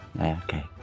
Okay